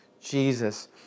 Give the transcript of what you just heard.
Jesus